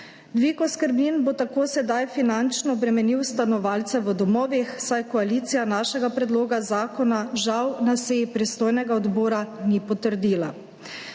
Dvig oskrbnin bo tako sedaj finančno bremenil stanovalce v domovih, saj koalicija našega predloga zakona žal na seji pristojnega odbora ni potrdila,